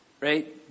right